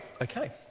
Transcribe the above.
okay